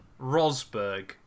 Rosberg